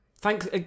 Thanks